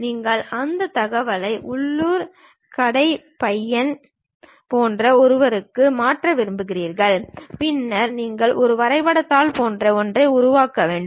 நீங்கள் அந்த தகவலை உள்ளூர் கடை பையன் போன்ற ஒருவருக்கு மாற்ற விரும்புகிறீர்கள் பின்னர் நீங்கள் ஒரு வரைபடத் தாள் போன்ற ஒன்றை உருவாக்க வேண்டும்